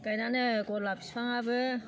गायनानै गलाप बिफांआबो